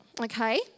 okay